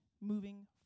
moving